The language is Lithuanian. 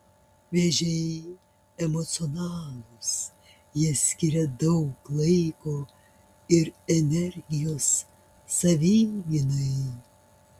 vėžiai emocionalūs jie skiria daug laiko ir energijos savigynai